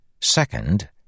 Second